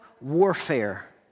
warfare